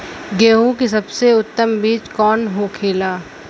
गेहूँ की सबसे उत्तम बीज कौन होखेला?